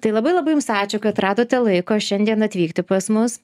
tai labai labai jums ačiū kad radote laiko šiandien atvykti pas mus